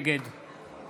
נגד